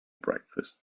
breakfast